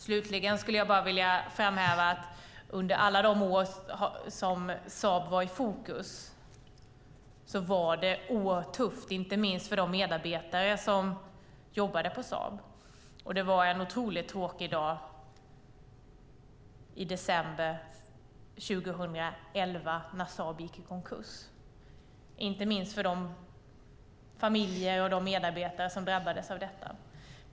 Slutligen skulle jag vilja säga att under alla de år som Saab var i fokus var det oerhört tufft framför allt för de medarbetare som jobbade på Saab. Det var en otroligt tråkig dag i december 2011 när Saab gick i konkurs, inte minst för de familjer och medarbetare som drabbades av det.